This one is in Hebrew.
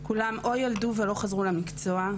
כולן או ילדו ולא חזרו למקצוע,